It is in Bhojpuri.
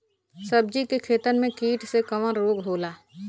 सब्जी के खेतन में कीट से कवन रोग होला?